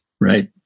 Right